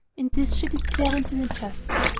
in this she did clarence an injustice.